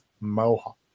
mohawk